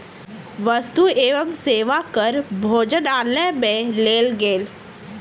वस्तु एवं सेवा कर भोजनालय में लेल गेल